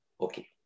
Okay